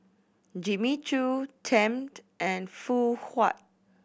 Jimmy Choo Tempt and Phoon Huat